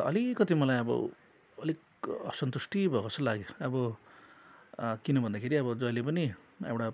अन्त अलिकति मलाई अब अलिक असन्तुष्टि भएको जस्त लाग्यो अब किनभन्दाखेरि अब जहिले पनि एउटा